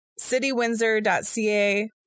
citywindsor.ca